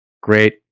great